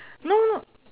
no